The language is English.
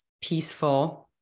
peaceful